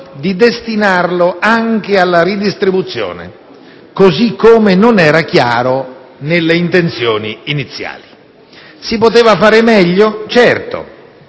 di destinarlo anche alla ridistribuzione, così come non era chiaro nelle intenzioni iniziali. Si poteva fare meglio? Certo.